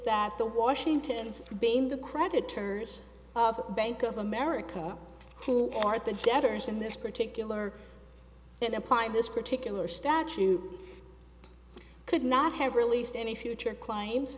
that the washington's been the creditors of bank of america who are the debtors in this particular and applying this particular statute could not have released any future claim